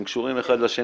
הם קשורים אחד לשני,